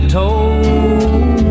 told